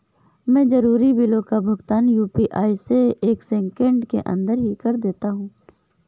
मैं जरूरी बिलों का भुगतान यू.पी.आई से एक सेकेंड के अंदर ही कर देता हूं